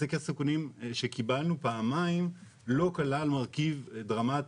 סקר הסיכונים שקיבלנו פעמיים לא כלל מרכיב דרמטי,